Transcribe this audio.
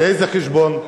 על איזה חשבון?